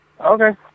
Okay